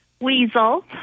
Weasel